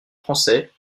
français